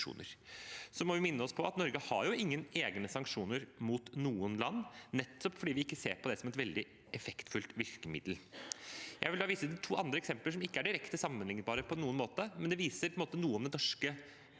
Vi må minne oss på at Norge ikke har noen egne sanksjoner mot noen land, nettopp fordi vi ikke ser på det som et veldig effektfullt virkemiddel. Jeg vil da vise til to andre eksempler som ikke er direkte sammenlignbare på noen måte, men som viser noe av den norske